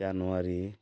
January